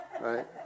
right